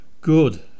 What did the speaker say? Good